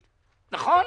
נכון?